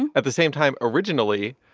and at the same time, originally,